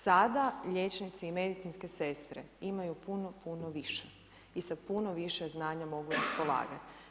Sada liječnici i medicinske sestre imaju puno, puno više i sa puno više znanja mogu raspolagat.